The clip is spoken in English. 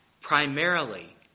primarily